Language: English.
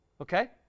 okay